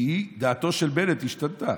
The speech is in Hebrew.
כי דעתו של בנט השתנתה.